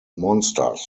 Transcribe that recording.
monsters